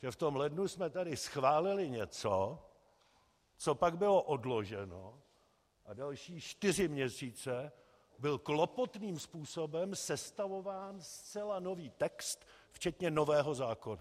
V tom lednu jsme tady schválili něco, co pak bylo odloženo, a další čtyři měsíce byl klopotným způsobem sestavován zcela nový text, včetně nového zákona.